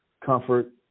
comfort